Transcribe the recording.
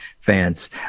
fans